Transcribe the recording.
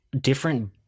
different